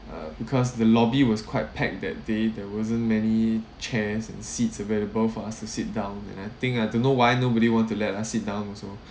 uh because the lobby was quite pack that day there wasn't many chairs and seats available for us to sit down and I think I don't know why nobody want to let us sit down also